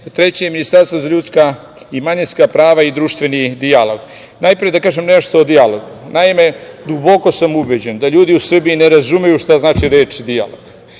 Treće ministarstvo za ljudska i manjinska prava i društveni dijalog. Najpre da kažem nešto o dijalogu. Naime, duboko sam ubeđen da ljudi u Srbiji ne razumeju šta znači reč dijalog.